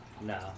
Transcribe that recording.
No